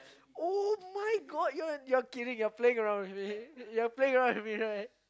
[oh]-my-God you're you're kidding you're playing around with me you're playing around with me right